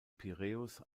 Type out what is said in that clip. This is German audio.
piräus